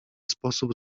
sposób